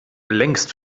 längst